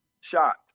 shot